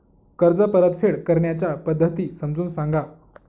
कर्ज परतफेड करण्याच्या पद्धती समजून सांगा